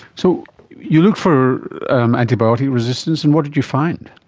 so you looked for antibiotic resistance and what did you find?